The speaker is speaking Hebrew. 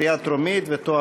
בעניין רישוי מקצועות רפואיים (תיקוני חקיקה),